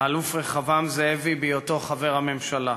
האלוף רחבעם זאבי, בהיותו חבר הממשלה,